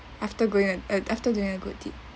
after going uh after doing a good deed